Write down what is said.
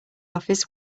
office